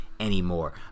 anymore